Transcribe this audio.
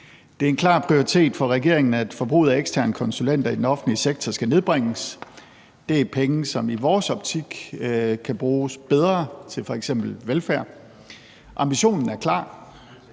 Det er en klar prioritet for regeringen, at forbruget af eksterne konsulenter i den offentlige sektor skal nedbringes. Det er penge, der i vores optik kan bruges bedre til f.eks. velfærd. Ambitionen er klar: